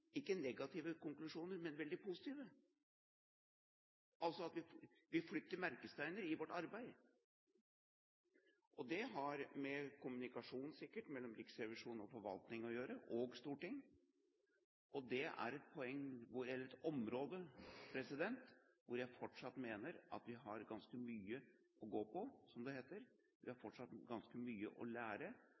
ikke negative konklusjoner, men veldig positive konklusjoner, altså at vi flytter merkesteiner i vårt arbeid. Det har sikkert med kommunikasjon mellom Riksrevisjonen, forvaltningen og Stortinget å gjøre, og det er et område hvor jeg fortsatt mener at vi har ganske mye å gå på, som det heter. Vi har fortsatt ganske mye å lære,